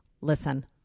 listen